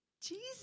Jesus